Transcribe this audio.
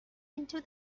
into